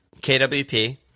KWP